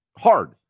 hard